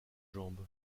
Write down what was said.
jambes